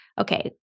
okay